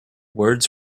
words